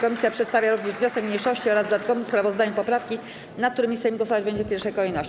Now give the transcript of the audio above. Komisja przedstawia również wniosek mniejszości oraz w dodatkowym sprawozdaniu poprawki, nad którymi Sejm głosować będzie w pierwszej kolejności.